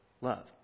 love